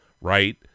right